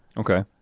okay.